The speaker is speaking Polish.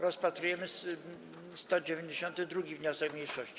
Rozpatrujemy 192. wniosek mniejszości.